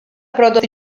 prodotti